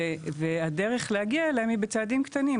והדרך להגיע אליהם היא בצעדים קטנים.